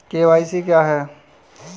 KYC क्या है?